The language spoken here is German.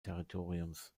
territoriums